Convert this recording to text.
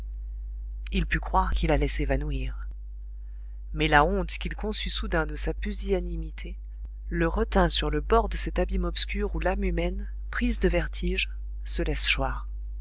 il put croire qu'il allait s'évanouir mais la honte qu'il conçut soudain de sa pusillanimité le retint sur le bord de cet abîme obscur où l'âme humaine prise de vertige se laisse choir